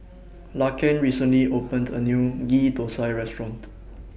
Laken recently opened A New Ghee Thosai Restaurant